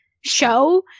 show